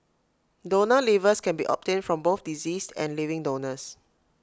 donor livers can be obtained from both deceased and living donors